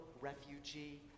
refugee